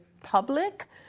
public